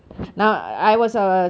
okay lah